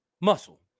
muscle